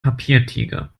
papiertiger